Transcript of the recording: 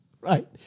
right